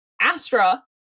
Astra